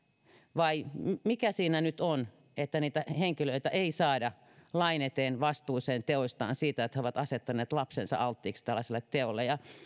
vai mikä siinä nyt on että niitä henkilöitä ei saada lain eteen vastuuseen teoistaan siitä että he ovat asettaneet lapsensa alttiiksi tällaiselle teolle